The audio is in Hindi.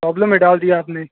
प्रॉब्लम में डाल दिया आपने